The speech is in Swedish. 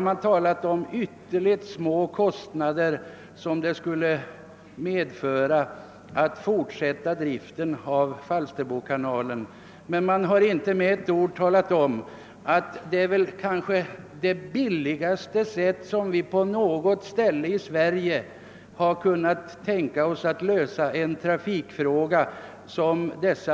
Man har talat om att det skulle medföra ytterligt små kostnader att fortsätta driften av Falsterbokanalen, men man har inte med ett ord nämnt att en stängning av kanalen kanske är det billigaste sättet att på något ställe i Sverige lösa